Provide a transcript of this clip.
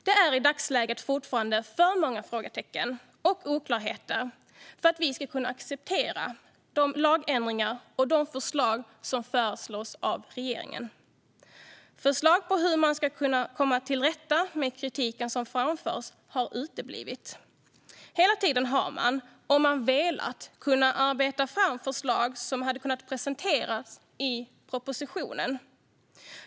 Det är i dagsläget fortfarande för många frågetecken och oklarheter för att vi ska kunna acceptera de lagändringar och de förslag som föreslås av regeringen. Förslag till hur man ska komma till rätta med den kritik som framförs har uteblivit. Hela tiden har man, om man hade velat, kunnat arbeta fram förslag som hade kunnat presenteras i propositionen.